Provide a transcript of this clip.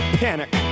panic